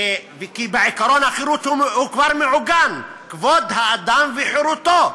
עקרון החירות כבר מעוגן: כבוד האדם וחירותו.